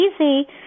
easy